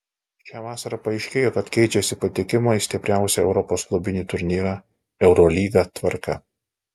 šią vasarą paaiškėjo kad keičiasi patekimo į stipriausią europos klubinį turnyrą eurolygą tvarka